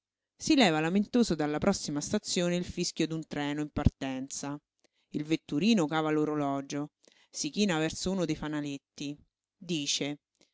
si leva lamentoso dalla prossima stazione il fischio d'un treno in partenza il vetturino cava l'orologio si china verso uno dei fanaletti dice